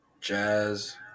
jazz